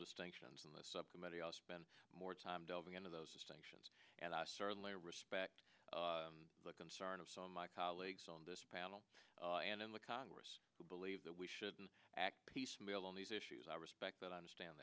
i'll spend more time delving into those sanctions and i certainly respect the concern of some of my colleagues on this panel and in the congress who believe that we shouldn't act piecemeal on these issues i respect that i understand